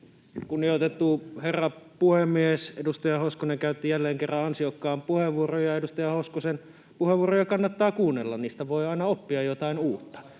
Kunnioitettu herra puhemies! Edustaja Hoskonen käytti jälleen kerran ansiokkaan puheenvuoron, ja edustaja Hoskosen puheenvuoroja kannattaa kuunnella, niistä voi aina oppia jotain uutta.